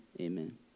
Amen